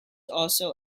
also